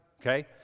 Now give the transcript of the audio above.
okay